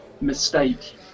mistake